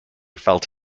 felt